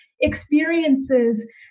experiences